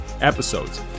episodes